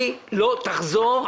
הטעות שנעשתה לא תחזור.